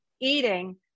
eating